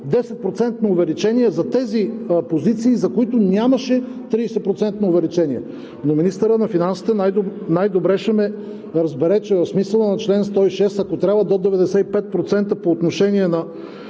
увеличение за тези позиции, за които нямаше 30-процентно увеличение. Но министърът на финансите най-добре ще ме разбере, че в смисъла на чл. 106, ако трябва до 95% по отношение на